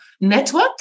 network